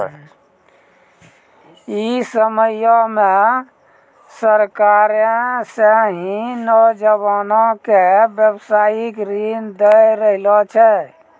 इ समयो मे सरकारें सेहो नौजवानो के व्यवसायिक ऋण दै रहलो छै